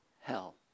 hell